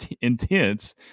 intense